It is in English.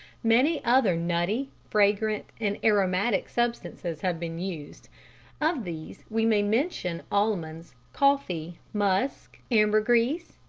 many other nutty, fragrant and aromatic substances have been used of these we may mention almonds, coffee, musk, ambergris,